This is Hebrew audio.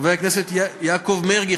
חבר הכנסת יעקב מרגי,